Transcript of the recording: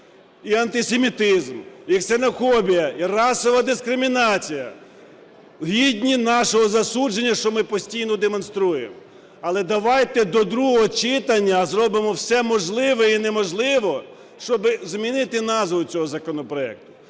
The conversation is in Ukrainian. і антисемітизм, і ксенофобія, і расова дискримінація – гідні нашого засудження, що ми постійно демонструємо. Але давайте до другого читання зробимо все можливе і неможливе, щоб змінити назву цього законопроекту.